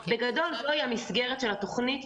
בגדול, זו המסגרת של התוכנית.